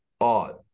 odd